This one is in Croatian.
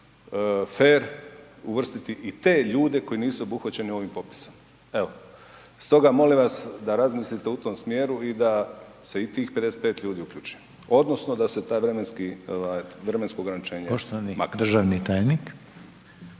fer uvrstiti i te ljude koji nisu obuhvaćeni ovim popisom, evo. Stoga molim vas da razmislite u tom smjeru i da se i tih 55 ljudi uključi. Odnosno da se taj vremenski ovaj vremensko ograničenje makne.